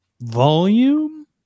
volume